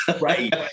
Right